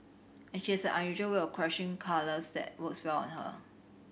and she has an unusual way of clashing colours that works well on her